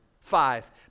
Five